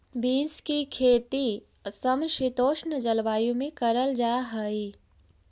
beans की खेती समशीतोष्ण जलवायु में करल जा हई